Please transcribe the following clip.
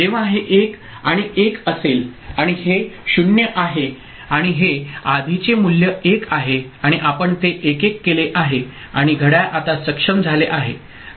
जेव्हा हे 1 आणि 1 असेल आणि हे 0 आहे आणि हे आधीचे मूल्य 1 आहे आणि आपण ते 1 1 केले आहे आणि घड्याळ आता सक्षम झाले आहे